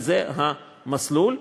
וזה המסלול.